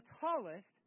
tallest